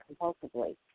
compulsively